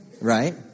right